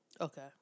Okay